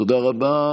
תודה רבה.